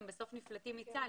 הם בסוף נפלטים מצה"ל,